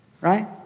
right